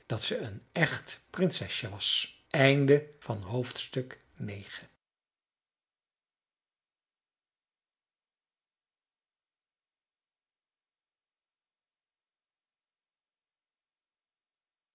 dat ze een echt prinsesje was